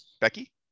Becky